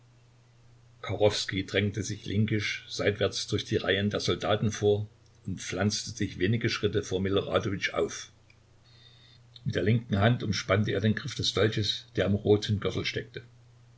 drängte sich linkisch seitwärts durch die reihen der soldaten vor und pflanzte sich wenige schritte vor miloradowitsch auf mit der linken hand umspannte er den griff des dolches der im roten gürtel steckte